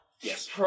Yes